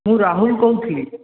ମୁଁ ରାହୁଲ କହୁଥିଲି